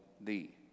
thee